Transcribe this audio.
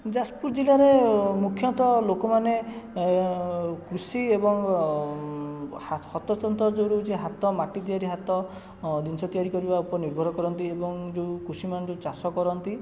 ଯାଜପୁର ଜିଲ୍ଲାରେ ମୁଖ୍ୟତଃ ଲୋକମାନେ କୃଷି ଏବଂ ହସ୍ତତନ୍ତ ଯେଉଁ ରହୁଛି ହାତ ମାଟି ତିଆରି ହାତ ଜିନିଷ ତିଆରି କରିବା ଉପରେ ନିର୍ଭର କରନ୍ତି ଏବଂ ଯେଉଁ କୃଷିମାନେ ଯେଉଁ ଚାଷ କରନ୍ତି